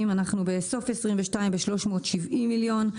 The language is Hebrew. ובסוף שנת 2022 אנחנו ב-370 מיליון מכתבים,